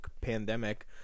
pandemic